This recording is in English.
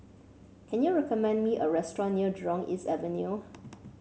can you recommend me a restaurant near Jurong East Avenue